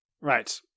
Right